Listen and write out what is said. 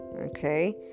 okay